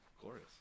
glorious